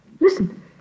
Listen